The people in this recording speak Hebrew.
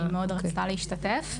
היא מאוד רצתה להשתתף.